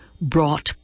brought